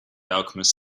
alchemist